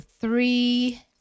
three